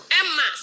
Emma